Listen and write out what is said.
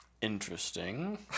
Interesting